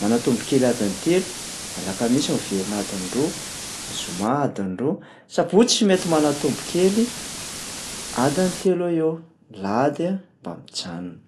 manatombo kely adiny telo, ny alakamisy miverina adiny roa, ny zoma adiny roa, sabotsy mety manatombo kely adiny telo eoeo. ny lahady a mba mijanona.